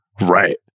right